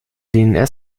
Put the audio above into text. dns